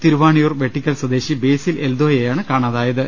തിരുവാണിയൂർ വെട്ടിക്കൽ സ്വദേശി ബേസിൽ എൽദോയെയാണ് കാണാതായത്